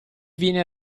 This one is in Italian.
viene